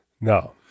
No